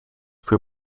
für